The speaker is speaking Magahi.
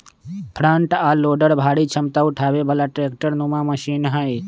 फ्रंट आ लोडर भारी क्षमता उठाबे बला ट्रैक्टर नुमा मशीन हई